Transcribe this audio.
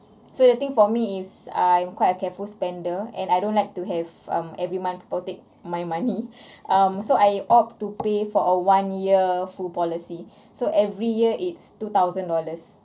so the thing for me is I'm quite a careful spender and I don't like to have um every month people take my money um so I opt to pay for a one year full policy so every year it's two thousand dollars